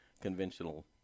conventional